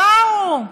בואו,